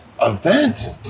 event